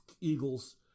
Eagles